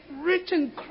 written